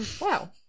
Wow